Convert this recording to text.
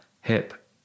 hip